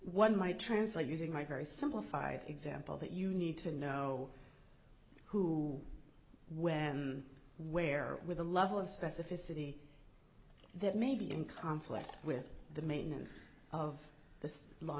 one might translate using my very simplified example that you need to know who when where with a level of specificity that may be in conflict with the maintenance of the law